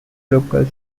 locals